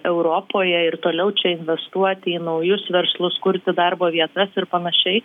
europoje ir toliau čia investuoti į naujus verslus kurti darbo vietas ir panašiai